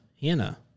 Hannah